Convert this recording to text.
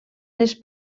les